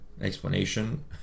explanation